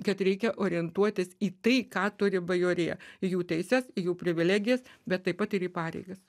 kad reikia orientuotis į tai ką turi bajorija į jų teises į jų privilegijas bet taip pat ir į pareigas